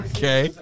Okay